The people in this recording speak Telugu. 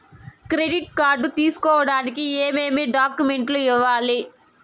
క్రెడిట్ కార్డు తీసుకోడానికి ఏమేమి డాక్యుమెంట్లు ఇవ్వాలి